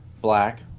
black